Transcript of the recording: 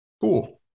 Cool